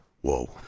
Whoa